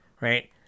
Right